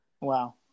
Wow